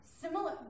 Similar